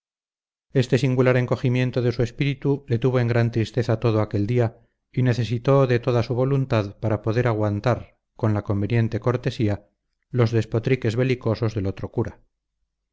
este singular encogimiento de su espíritu le tuvo en gran tristeza todo aquel día y necesitó de toda su voluntad para poder aguantar con la conveniente cortesía los despotriques belicosos del otro cura